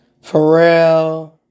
Pharrell